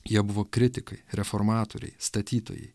jie buvo kritikai reformatoriai statytojai